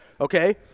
okay